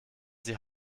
sie